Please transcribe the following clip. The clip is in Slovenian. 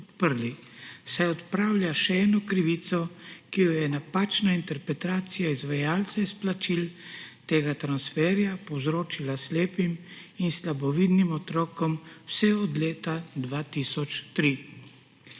podprli, saj odpravlja še eno krivico, ki jo je napačna interpretacija izvajalca izplačil tega transferja povzročila slepim in slabovidnim otrokom vse od leta 2003.